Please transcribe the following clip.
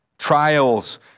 Trials